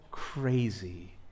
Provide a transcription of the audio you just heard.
crazy